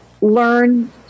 learn